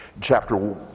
chapter